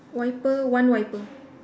wiper one wiper